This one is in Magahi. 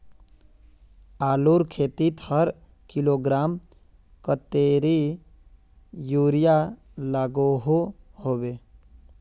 आलूर खेतीत हर किलोग्राम कतेरी यूरिया लागोहो होबे?